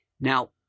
Now